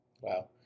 Wow